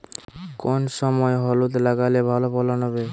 কোন সময় হলুদ লাগালে ভালো ফলন হবে?